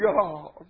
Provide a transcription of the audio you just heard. God